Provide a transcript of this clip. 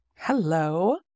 Hello